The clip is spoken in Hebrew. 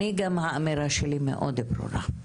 גם האמירה שלי מאוד ברורה.